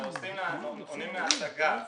כשפונים להשגה